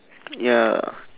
ya